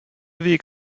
weg